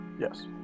Yes